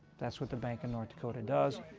that's what the bank of north dakota does,